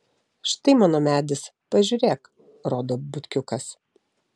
štai mano medis pažiūrėk rodo butkiukas